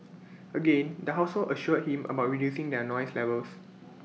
again the household assured him about reducing their noise levels